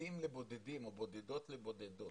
בודדים לבודדים או בודדות לבודדות.